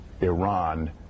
Iran